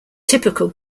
typical